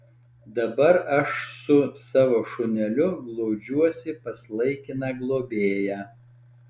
dabar aš su savo šuneliu glaudžiuosi pas laikiną globėją